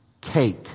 cake